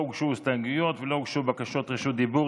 להצעת החוק לא הוגשו הסתייגויות ולא הוגשו בקשות רשות דיבור.